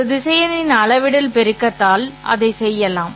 ஒரு திசையனின் அளவிடல் பெருக்கத்தால் அதைச் செய்யலாம்